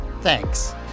thanks